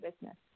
business